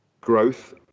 growth